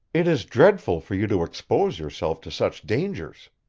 it is dreadful for you to expose yourself to such dangers.